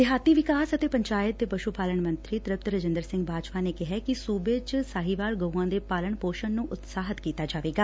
ਦਿਹਾਤੀ ਵਿਕਾਸ ਅਤੇ ਪੰਚਾਇਤ ਤੇ ਪਸੂ ਪਾਲਣ ਮੰਤਰੀ ਤ੍ਿਪਤ ਰਾਜਿੰਦਰ ਸਿੰਘ ਬਾਜਵਾ ਨੇ ਕਿਹੈ ਕਿ ਸੂਬੇ ਚ ਸਾਹੀਵਾਲ ਗਊਆਂ ਦੇ ਪਾਲਣ ਪੋਸ਼ਣ ਨੂੰ ਉਤਸ਼ਾਹਿਤ ਕੀਤਾ ਜਾਵੇਗਾ